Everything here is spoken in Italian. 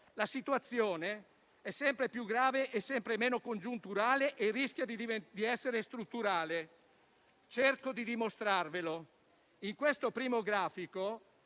La situazione è sempre più grave, sempre meno congiunturale e rischia di essere strutturale. Cerco di mostrarvelo. (*Il senatore Arrigoni